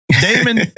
Damon